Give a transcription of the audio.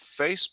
Facebook